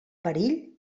perill